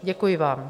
Děkuji vám.